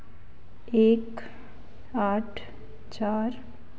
एक आठ चार